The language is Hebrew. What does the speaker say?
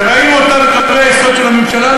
שראינו בקווי היסוד של הממשלה,